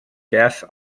gas